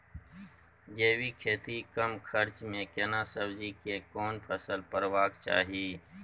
जैविक खेती कम खर्च में केना सब्जी के कोन फसल करबाक चाही?